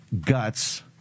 guts